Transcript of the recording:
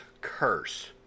Curse